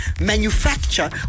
manufacture